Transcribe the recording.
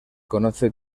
conoce